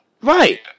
Right